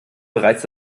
bereits